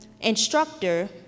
Instructor